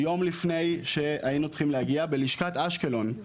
יום לפני שהיינו צריכים להגיע בלשכת אשקלון,